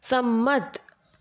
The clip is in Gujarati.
સંમત